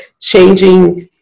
changing